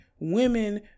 women